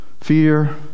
fear